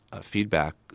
feedback